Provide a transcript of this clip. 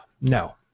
No